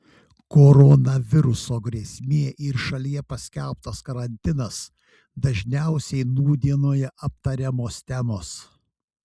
koronaviruso grėsmė ir šalyje paskelbtas karantinas dažniausiai nūdienoje aptariamos temos